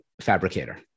fabricator